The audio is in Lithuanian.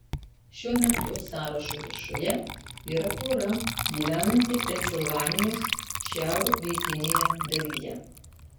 šiuo metu sąrašo viršuje yra pora gyvenanti pensilvanijos šiaurrytinėje dalyje